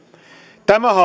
tämä